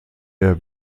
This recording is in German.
der